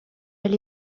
elle